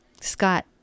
Scott